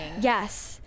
Yes